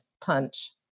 punch